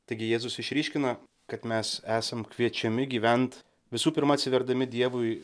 taigi jėzus išryškina kad mes esam kviečiami gyvent visų pirma atsiverdami dievui